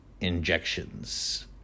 injections